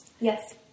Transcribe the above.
Yes